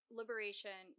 liberation